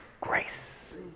Grace